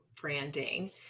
branding